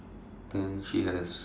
then she has